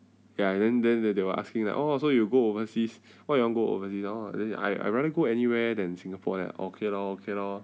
ya and then then then they were asking that oh so you go overseas what you want go overseas orh then I I rather go anywhere than singapore then okay lor okay lor